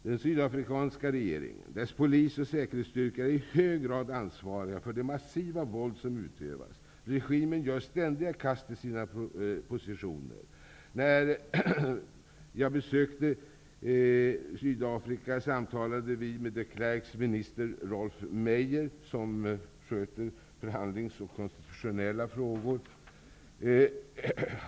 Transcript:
Den sydafrikanska regeringen, dess polis och dess säkerhetsstyrkor är i hög grad ansvariga för det massiva våld som utövas. Regimen gör ständiga kast i sina positioner. Vid besöket i Sydafrika samtalade vi med de Klerks minister Rolf Mayor, som sköter förhandlingsfrågor och konstitutuionella frågor.